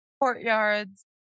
courtyards